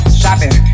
shopping